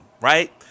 right